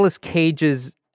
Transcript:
Cage's